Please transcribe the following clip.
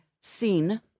seen